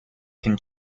can